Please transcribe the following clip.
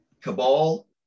Cabal